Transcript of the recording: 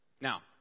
Now